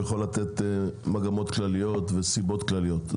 הוא יכול לתת מגמות כלליות וסיבות כלליות.